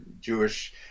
Jewish